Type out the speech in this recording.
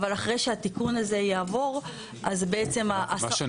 אבל אחרי שהתיקון הזה יעבור אז בעצם --- מה,